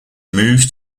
moves